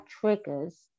triggers